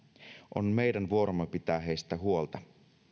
on meidän vuoromme pitää heistä huolta